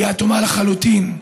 היא אטומה לחלוטין.